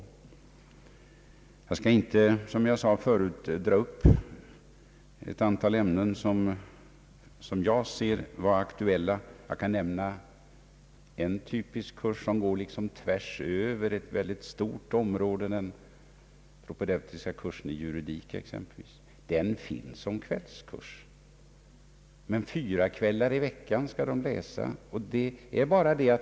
Som jag sade förut skall jag inte nämna ett antal ämnen som jag finner vara aktuella utan bara ta som ett typiskt exempel en kurs som går liksom tvärs över ett väldigt stort område, nämligen den propedeutiska kursen i juridik. Den finns som kvällskurs, men då skall eleverna läsa fyra kvällar i veckan.